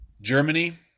Germany